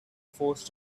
forced